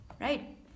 right